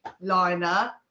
liner